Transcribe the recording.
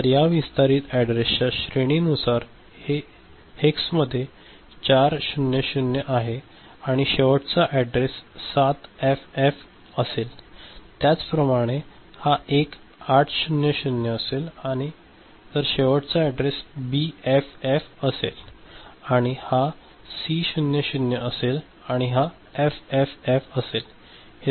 तर या विस्तारित अॅड्रेसच्या श्रेणीनुसार ते हेक्स मध्ये 400 आहे आणि शेवटचा अॅड्रेस 7FF असेल त्याचप्रमाणे हा एक 800 असेल तर शेवटचा अॅड्रेस बीएफएफ असेल आणि हा C00 असेल आणि हा एफएफएफ असेल